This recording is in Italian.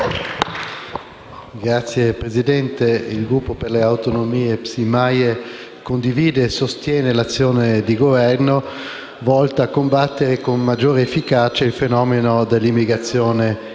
Signor Presidente, il Gruppo per le Autonomie-PSI-MAIE condivide e sostiene l'azione di Governo volta a combattere con maggiore efficacia il fenomeno dell'immigrazione illegale.